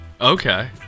Okay